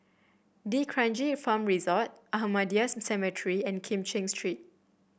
D'Kranji Farm Resort Ahmadiyya's Cemetery and Kim Cheng Street